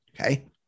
okay